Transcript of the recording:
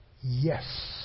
Yes